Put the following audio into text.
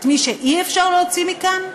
את מי שאי-אפשר להוציא מכאן,